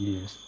Yes